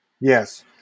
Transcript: Yes